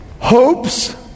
Hopes